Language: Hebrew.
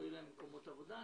לא יהיו מקומות עבודה.